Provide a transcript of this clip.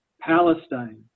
Palestine